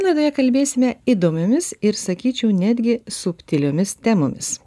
laidoje kalbėsime įdomiomis ir sakyčiau netgi subtiliomis temomis